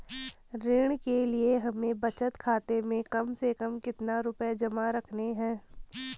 ऋण के लिए हमें बचत खाते में कम से कम कितना रुपये जमा रखने हैं?